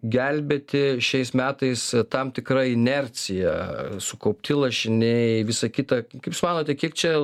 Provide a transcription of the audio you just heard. gelbėti šiais metais tam tikra inercija sukaupti lašiniai visa kita kaip jūs manote kiek čia